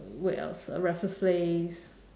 where else uh raffles place